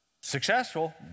Successful